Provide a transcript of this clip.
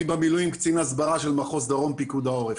במילואים אני קצין הסברה של מחוז דרום פיקוד העורף.